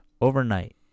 Overnight